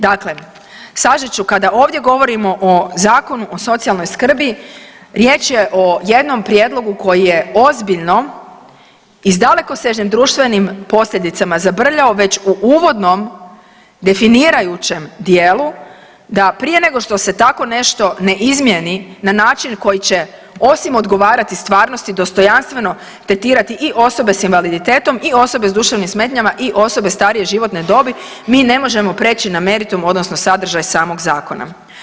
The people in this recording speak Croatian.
Dakle, sažet ću, kada ovdje govorimo o Zakonu o socijalnoj skrbi, riječ je o jednom prijedlogu koji je ozbiljno i s dalekosežnim društvenim posljedicama zabrljao već u uvodnom definirajućem dijelu, da prije nego što se tako nešto ne izmijeni na način koji će osim odgovarati stvarnosti, dostojanstveno tretirati i osobe s invaliditetom i osobe s duševnim smetnjama i osobe starije životne dobi, mi ne možemo prijeći na meritum, odnosno sadržaj samog zakona.